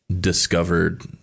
discovered